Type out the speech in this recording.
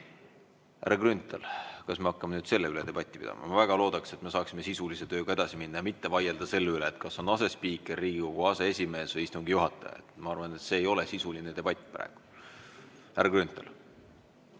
Härra Grünthal, kas me hakkame nüüd selle üle debatti pidama? Ma väga loodan, et me saame sisulise tööga edasi minna ja mitte vaielda selle üle, kas on asespiiker, Riigikogu aseesimees või istungi juhataja. Ma arvan, et see ei ole sisuline debatt praegu. Härra Grünthal!